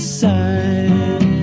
side